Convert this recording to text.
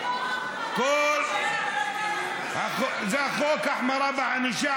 זה לא החוק, זה החוק, החמרה בענישה.